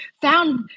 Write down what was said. found